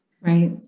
Right